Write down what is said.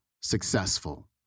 successful